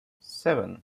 seven